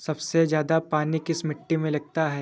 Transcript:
सबसे ज्यादा पानी किस मिट्टी में लगता है?